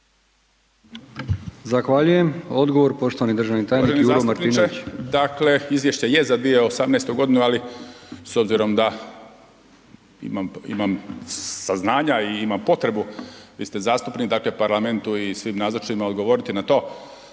Zahvaljujem. Odgovor, poštovani državni tajnik Juro Martinović.